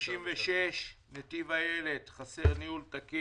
עמותה מספר 66 (נתיב הילד) חסר אישור ניהול תקין.